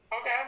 Okay